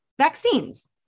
vaccines